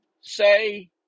say